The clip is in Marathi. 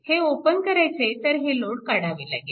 हे ओपन करायचे तर हे लोड काढावे लागेल